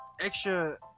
extra